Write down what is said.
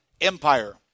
Empire